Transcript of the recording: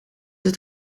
het